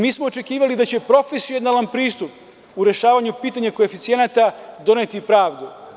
Mi smo očekivali da će profesionalan pristup u rešavanju pitanja koeficijenata doneti pravdu.